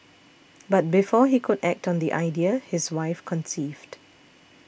but before he could act on the idea his wife conceived